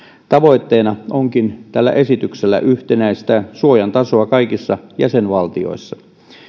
tavoitteena onkin tällä esityksellä yhtenäistää suojan tasoa kaikissa jäsenvaltioissa